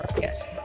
Yes